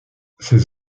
ses